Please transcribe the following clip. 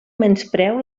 menyspreu